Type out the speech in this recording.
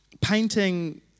painting